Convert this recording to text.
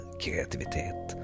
kreativitet